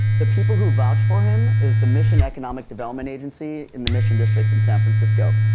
the people who vouched for him is the mission economic development agency in the mission district in san francisco.